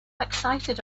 excited